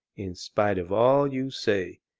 in spite of all you say,